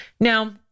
Now